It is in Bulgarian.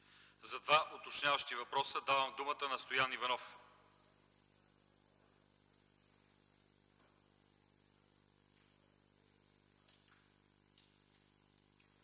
За два уточняващи въпроса давам думата на Стоян Иванов.